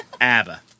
ABBA